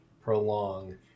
prolong